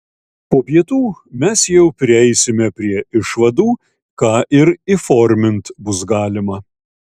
po pietų mes jau prieisime prie išvadų ką ir įformint bus galima